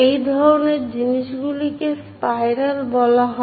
এই ধরণের জিনিসগুলিকে স্পাইরাল বলা হয়